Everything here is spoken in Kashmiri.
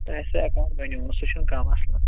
تۄہہِ آسوٕ ایٚکاونٹ بنیومُت سُہ چھُنہٕ کانٛہہ مسلہٕ